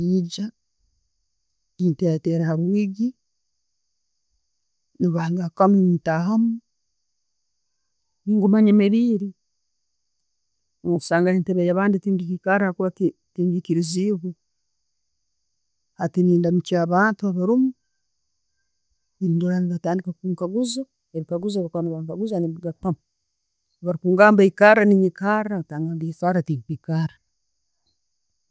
Nyingya nenteratera harwigi, nebangarukamu netahamu, nguma nyemerire, bwenkusanga entebbe yabandi, tinikirizibwe. Hati, nendamukya abantu abaliimu, nendora nebatandika kunguza, ebikaguzo byebankuguza nembigarukamu, bwebakungamba ekara, nenikara, obwebakugamba ntayikara, tinkwikara.